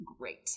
great